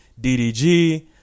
DDG